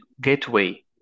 Gateway